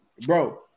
Bro